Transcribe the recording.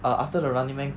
err after the running man